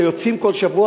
שיוצאים כל שבוע,